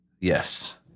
yes